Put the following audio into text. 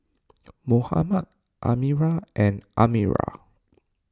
Muhammad Amirah and Amirah